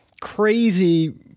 crazy